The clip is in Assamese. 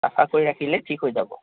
চাফা কৰি ৰাখিলে ঠিক হৈ যাব